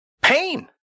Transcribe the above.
pain